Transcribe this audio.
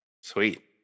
Sweet